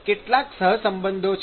કેટલાક સહસંબંધો છે